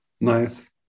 Nice